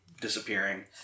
disappearing